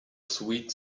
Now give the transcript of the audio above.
sweet